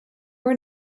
were